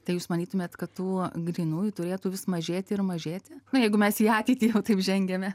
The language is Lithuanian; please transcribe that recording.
tai jūs manytumėt kad tų grynųjų turėtų vis mažėti ir mažėti nu jeigu mes į ateitį taip žengiame